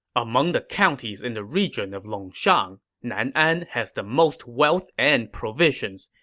among the counties in the region of longshang, nan'an has the most wealth and provisions.